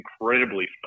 incredibly